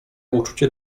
uczucie